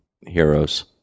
heroes